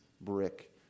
brick